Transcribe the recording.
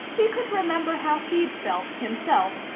he could remember how he'd felt, himself,